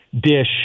dish